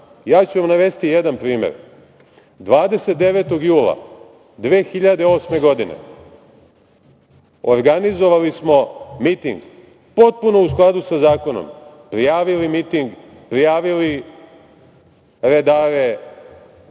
ću vam navesti jedan primer, 29. jula 2008. godine organizovali smo miting, potpuno u skladu sa zakonom, prijavili miting, prijavili redare,